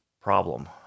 problem